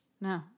No